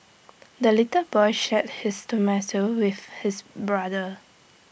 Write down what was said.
the little boy shared his tomato with his brother